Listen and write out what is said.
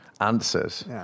answers